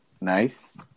Nice